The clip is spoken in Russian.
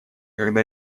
когда